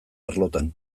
arlotan